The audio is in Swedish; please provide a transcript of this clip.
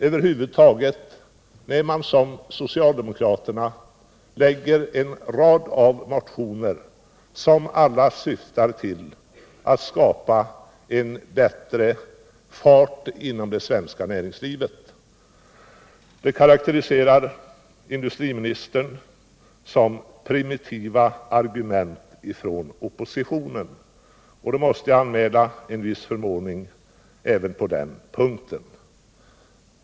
Över huvud taget när man som socialdemokraterna väcker en rad av motioner, som alla syftar till att skapa bättre fart inom det svenska näringslivet, karakteriserar industriministern det som primitiva argument från oppositionen. Då måste jag anmäla en viss förvåning även på den punkten.